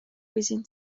within